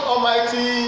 Almighty